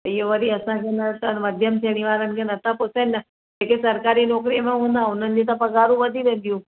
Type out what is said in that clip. त इए वरी असांखे न त मध्यम श्रेणी वारनि खे न त पुछे न जेके सरकारी नौकरीअ में हूंदा हुननि जी त पघारूं वधी वेंदियूं